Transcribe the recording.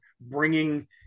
bringing